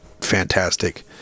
fantastic